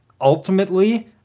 ultimately